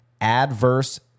adverse